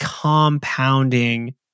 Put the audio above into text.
compounding